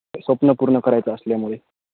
स्वप्न पूर्ण करायचं असल्यामुळे